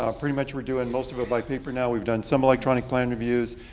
ah pretty much we're doing most of it by paper now. we've done some electronic plan reviews,